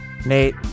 Nate